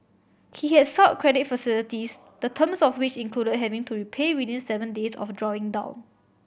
he had sought credit facilities the terms of which included having to repay within seven days of drawing down